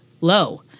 low